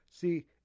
See